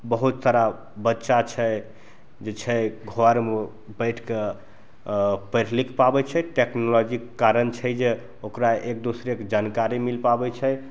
बहुत सारा बच्चा छै जे छै घरमे बैठिके पढ़ि लिखि पाबै छै टेक्नोलॉजीके कारण छै जे ओकरा एक दोसराके जानकारी मिलि पाबै छै